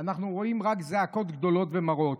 אנחנו רואים רק זעקות גדולות ומרות.